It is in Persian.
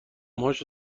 هاشو